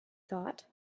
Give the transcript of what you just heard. thought